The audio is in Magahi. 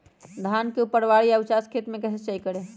धान के ऊपरवार या उचास खेत मे कैसे सिंचाई करें?